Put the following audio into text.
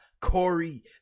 Corey